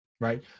right